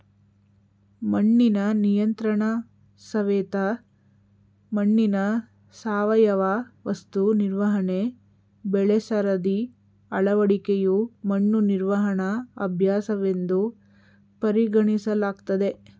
ಮಣ್ಣಿನ ನಿಯಂತ್ರಣಸವೆತ ಮಣ್ಣಿನ ಸಾವಯವ ವಸ್ತು ನಿರ್ವಹಣೆ ಬೆಳೆಸರದಿ ಅಳವಡಿಕೆಯು ಮಣ್ಣು ನಿರ್ವಹಣಾ ಅಭ್ಯಾಸವೆಂದು ಪರಿಗಣಿಸಲಾಗ್ತದೆ